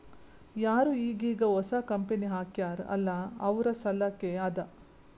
ಯಾರು ಈಗ್ ಈಗ್ ಹೊಸಾ ಕಂಪನಿ ಹಾಕ್ಯಾರ್ ಅಲ್ಲಾ ಅವ್ರ ಸಲ್ಲಾಕೆ ಅದಾ